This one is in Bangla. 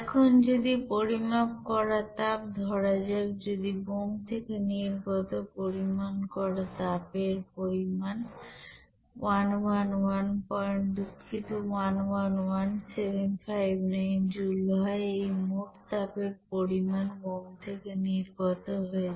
এখন যদি পরিমাপ করা তাপ ধরা যাক যদি বোম্ব থেকে নির্গত পরিমাপ করা তাপ এর পরিমান 111 পয়েন্ট দুঃখিত 111759 জুল হয় এই মোট তাপের পরিমাণ বোম্ব থেকে নির্গত হয়েছে